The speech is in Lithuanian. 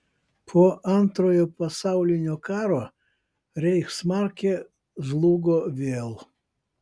po antrojo pasaulinio karo reichsmarkė žlugo vėl